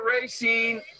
racing